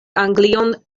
anglion